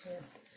Yes